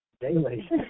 daily